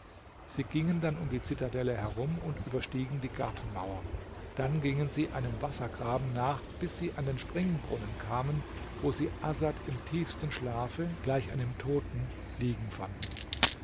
sie gingen dann um die zitadelle herum und überstiegen die gartenmauer dann gingen sie einem wassergraben nach bis sie an den springbrunnen kamen wo sie asad im tiefsten schlafe gleich einem toten liegen fanden